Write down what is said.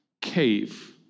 cave